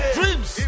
Dreams